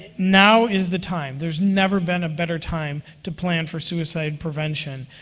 now is the time. there's never been a better time to plan for suicide prevention.